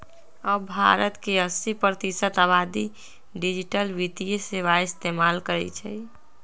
अब भारत के अस्सी प्रतिशत आबादी डिजिटल वित्तीय सेवाएं इस्तेमाल करई छई